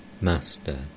Master